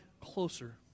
closer